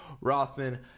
rothman